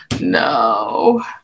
no